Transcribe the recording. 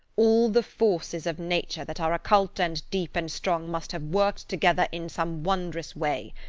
all the forces of nature that are occult and deep and strong must have worked together in some wondrous way.